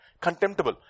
Contemptible